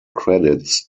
credits